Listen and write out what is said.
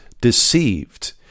deceived